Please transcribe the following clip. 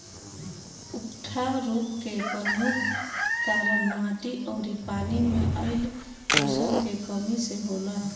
उकठा रोग के परमुख कारन माटी अउरी पानी मे आइल पोषण के कमी से होला